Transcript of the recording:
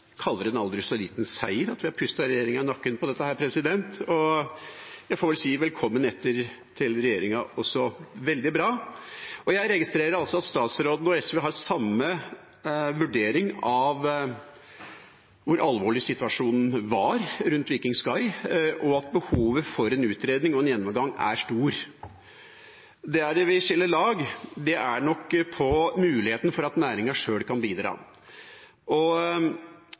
kaller det en aldri så liten seier at vi har pustet regjeringa i nakken på dette. Jeg får vel si velkommen etter til regjeringa – veldig bra. Jeg registrerer at statsråden og SV har samme vurdering av hvor alvorlig situasjonen var rundt MS «Viking Sky», og at behovet for en utredning og en gjennomgang er stor. Der vi skiller lag, er nok når det gjelder muligheten for at næringa sjøl kan bidra.